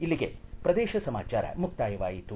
ಇಲ್ಲಿಗೆ ಪ್ರದೇಶ ಸಮಾಚಾರ ಮುಕ್ತಾಯವಾಯಿತು